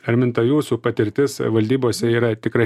arminta jūsų patirtis valdybose yra tikrai